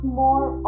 more